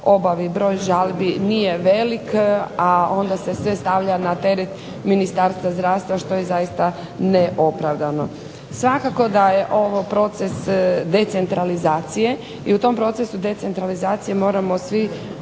obavi. Broj žalbi nije velik, a onda se sve stavlja na teret Ministarstva zdravstva što je zaista neopravdano. Svakako da je ovo proces decentralizacije i u tom procesu decentralizacije moramo svi